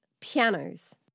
pianos